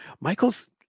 Michael's